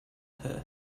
her